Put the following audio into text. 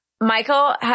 Michael